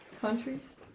Countries